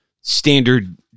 standard